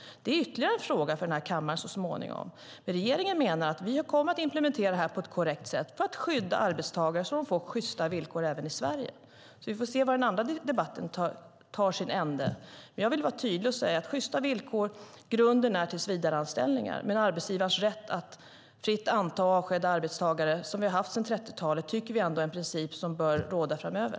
Det är ytterligare en fråga för kammaren så småningom. Regeringen menar att vi kommer att implementera detta på ett korrekt sätt för att skydda arbetstagare så att de får sjysta villkor även i Sverige. Vi får se vart den andra debatten leder. Jag vill vara tydlig och säga att vi ska ha sjysta villkor, och att grunden är tillsvidareanställningar. Arbetsgivarens rätt att fritt anställa och avskeda arbetstagare, som vi har haft sedan 30-talet, tycker vi ändå är en princip som bör råda framöver.